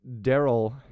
Daryl